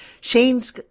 Shane's